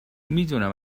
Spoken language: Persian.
میدونم